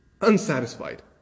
unsatisfied